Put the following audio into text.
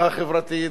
גם תקציב המדינה.